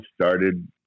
started